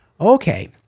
Okay